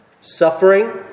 Suffering